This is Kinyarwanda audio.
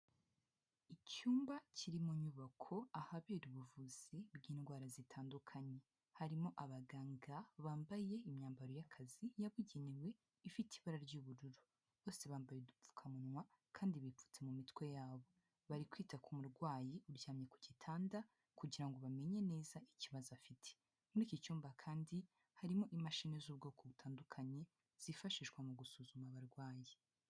Icyumba kiri mu nyubako ahabera ubuvuzi bw'indwara zitandukanye, harimo abaganga bambaye imyambaro y'akazi yabugenewe ifite ibara ry'ubururu, bose bambaye udupfukamunwa kandi bipfutse mu mitwe yabo, bari kwita ku murwayi uryamye ku gitanda kugira ngo bamenye neza ikibazo afite. Muri iki cyumba kandi harimo imashini z'ubwoko butandukanye, zifashishwa mu gusuzuma abarwayi.